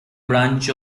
branch